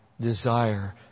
desire